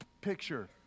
picture